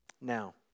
Now